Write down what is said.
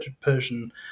Persian